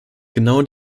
genau